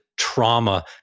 trauma